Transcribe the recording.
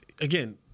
again